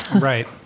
Right